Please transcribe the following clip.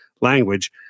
language